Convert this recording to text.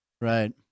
Right